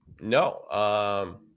No